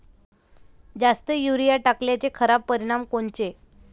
जास्त युरीया टाकल्याचे खराब परिनाम कोनचे?